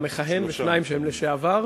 המכהן כרגע ושניים שהם לשעבר,